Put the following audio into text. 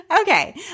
Okay